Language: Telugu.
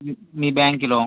మీ మీ బ్యాంకులో